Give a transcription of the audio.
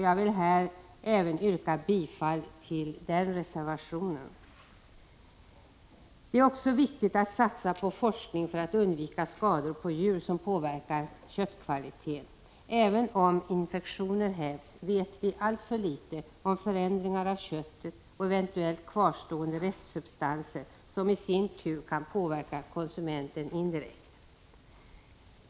Jag vill här yrka bifall även till den reservationen. Det är också viktigt att satsa på forskning för att undvika djurskador, som påverkar köttkvaliteten. Även om infektioner hävs, vet vi alltför litet om förändringar av köttet och eventuellt kvarstående restsubstanser som i sin tur kan påverka konsumenten indirekt.